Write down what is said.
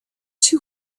two